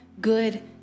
good